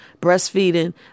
breastfeeding